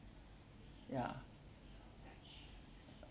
ya